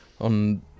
on